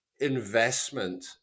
investment